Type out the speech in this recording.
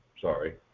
sorry